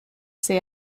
see